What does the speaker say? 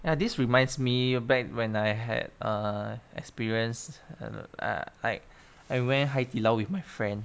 ya this reminds me back when I had uh experienced err like I went 海底捞 with my friend